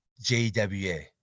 JWA